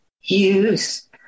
use